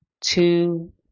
two